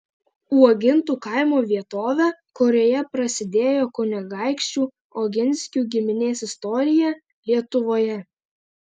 uogintų kaimo vietovę kurioje prasidėjo kunigaikščių oginskių giminės istorija lietuvoje